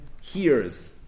hears